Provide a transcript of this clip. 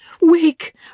Wake